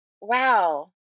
wow